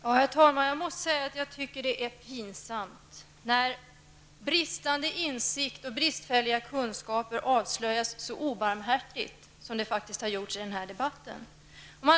Herr talman! Jag måste säga att jag tycker att det är pinsamt när bristande insikt och bristfälliga kunskaper avslöjas så obarmhärtigt som faktiskt har skett i den här debatten.